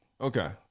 okay